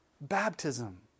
baptism